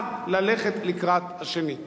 ללכת האחד לקראת השני.